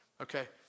Okay